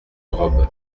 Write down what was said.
robe